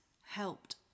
helped